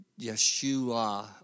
Yeshua